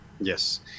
Yes